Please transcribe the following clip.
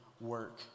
work